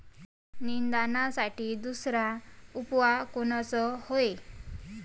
निंदनासाठी दुसरा उपाव कोनचा हाये?